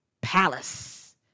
Palace